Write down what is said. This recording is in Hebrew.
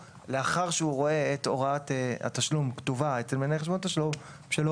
ולאחר שהוא רואה את הוראת התשלום כתובה אצל מנהל חשבון התשלום שלו